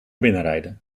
binnenrijden